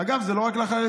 אגב, זה לא רק לחרדים,